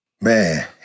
Man